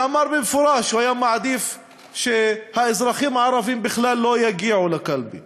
שאמר במפורש שהוא היה מעדיף שהאזרחים הערבים בכלל לא יגיעו לקלפי.